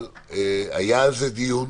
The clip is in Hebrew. היה על זה דיון.